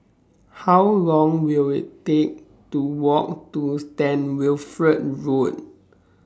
How Long Will IT Take to Walk to Stand Wilfred Road